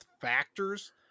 factors